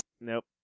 Nope